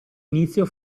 inizio